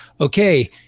okay